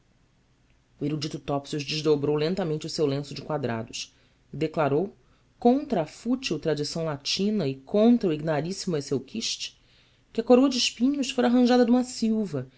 erudito topsius desdobrou lentamente o seu lenço de quadrados e declarou contra a fútil tradição latina e contra o ignaríssimo hasselquist que a coroa de espinhos fora arranjada de uma silva